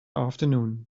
afternoon